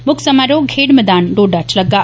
मुक्ख समारोह खेड्ड मैदान डोडा च लग्गा